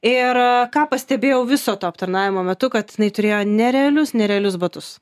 ir ką pastebėjau viso to aptarnavimo metu kad jinai turėjo nerealius nerealius batus